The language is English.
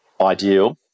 ideal